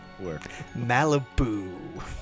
Malibu